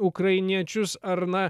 ukrainiečius ar na